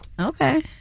Okay